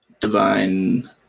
Divine